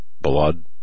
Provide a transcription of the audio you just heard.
blood